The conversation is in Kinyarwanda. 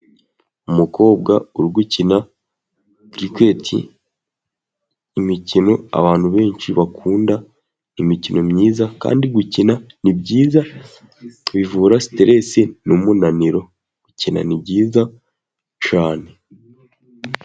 Umukobwa ugukina kiriketi imikino abantu benshi bakunda imikino myiza, kandi gukina ni byiza bivura siteresi n'umunaniro, gukina ni byiza cyane.